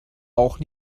auch